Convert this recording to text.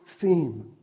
theme